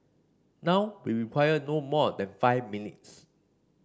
now we require no more than five minutes